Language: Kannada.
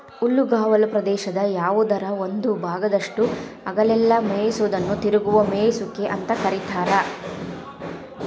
ಹುಲ್ಲುಗಾವಲ ಪ್ರದೇಶದ ಯಾವದರ ಒಂದ ಭಾಗದಾಗಷ್ಟ ಹಗಲೆಲ್ಲ ಮೇಯಿಸೋದನ್ನ ತಿರುಗುವ ಮೇಯಿಸುವಿಕೆ ಅಂತ ಕರೇತಾರ